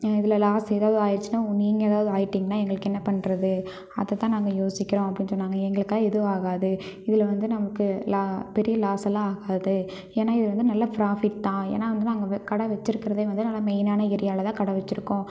இதில் லாஸ் ஏதாவுது ஆய்டுச்சுனா உ நீங்கள் ஏதாவுது ஆயிட்டிங்கனால் எங்களுக்கு என்ன பண்ணுறது அதை தான் நாங்கள் யோசிக்கிறோம் அப்படின்னு சொன்னாங்க எங்களுக்கு எதுவும் ஆகாது இதில் வந்து நமக்கு லா பெரிய லாஸ்ஸெல்லாம் ஆகாது ஏனால் இது வந்து நல்லா ஃப்ராஃபிட் தான் ஏனால் வந்து நாங்கள் வெ கடை வெச்சுருக்கறதே வந்து நல்லா மெய்னான ஏரியாவில் தான் கடை வெச்சுருக்கோம்